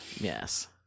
Yes